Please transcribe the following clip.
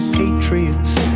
patriots